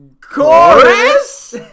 Chorus